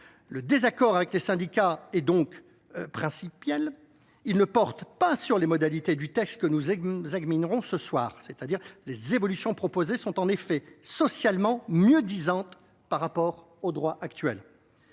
Le désaccord avec les syndicats est donc principiel. Il ne porte pas sur les modalités du texte que nous examinerons ce soir, car les évolutions proposées sont en réalité socialement mieux disantes par rapport au droit actuel.